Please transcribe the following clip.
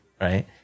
right